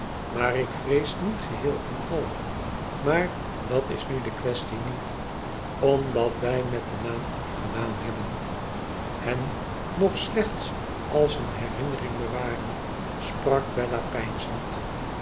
maar ik vrees niet geheel en al maar dat is nu de quaestie niet omdat wij met den naam afgedaan hebben ihem nog slechts als eene herinnering bewaren sprak bella